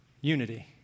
unity